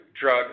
drug